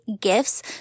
gifts